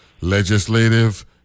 Legislative